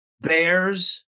bears